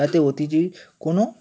যাতে অতিথির কোনো